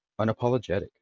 unapologetic